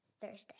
Thursday